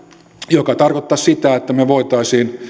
mikä tarkoittaisi sitä että me voisimme